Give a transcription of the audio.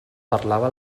parlava